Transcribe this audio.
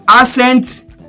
Ascent